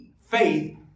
Faith